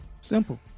Simple